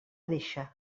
deixa